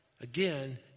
Again